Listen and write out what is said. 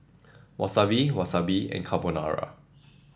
Wasabi Wasabi and Carbonara